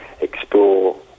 explore